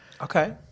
Okay